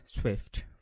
Swift